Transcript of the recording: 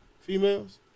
females